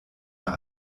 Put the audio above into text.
der